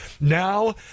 Now